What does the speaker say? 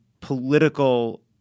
political